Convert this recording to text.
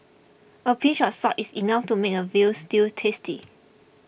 a pinch of salt is enough to make a Veal Stew tasty